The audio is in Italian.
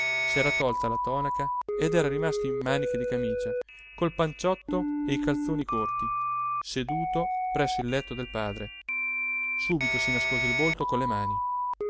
lassù s'era tolta la tonaca ed era rimasto in maniche di camicia col panciotto e i calzoni corti seduto presso il letto del padre subito si nascose il volto con le mani